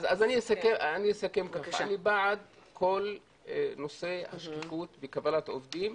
אז אני אסכם שאני בעד כל נושא השקיפות בקבלת עובדים.